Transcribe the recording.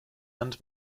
and